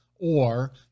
or-